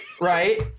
right